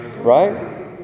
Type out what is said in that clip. right